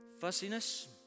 fussiness